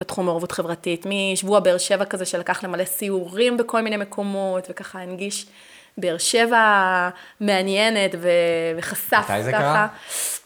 בתחום מעורבות חברתית. משבוע באר שבע כזה, שלקח למלא סיורים בכל מיני מקומות וככה הנגיש באר שבע מעניינת וחשף ככה, מתי זה קרה?